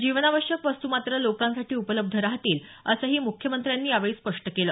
जीवनावश्यक वस्तू मात्र लोकांसाठी उपलब्ध राहतील असंही मुख्यमंत्र्यांनी यावेळी स्पष्ट केलं